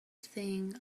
think